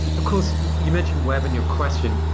because you mentioned web in your question,